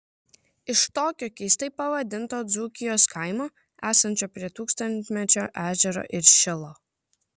iš tokio keistai pavadinto dzūkijos kaimo esančio prie tūkstantmečio ežero ir šilo